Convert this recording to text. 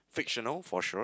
fictional for sure